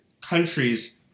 countries